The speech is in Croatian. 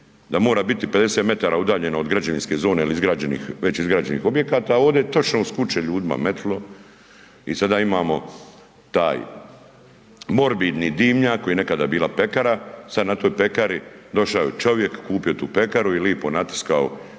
da mora biti 50 metara udaljeno od građevinske zone il izgrađenih, već izgrađenih objekata, ovde je točno uz kuće ljudima metilo i sada imamo taj morbidni dimnjak koji je nekada bila pekara, sad na toj pekari, došao je čovjek, kupio tu pekaru i lipo natiskao